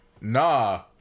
nah